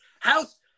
House